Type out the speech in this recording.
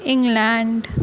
England